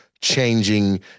changing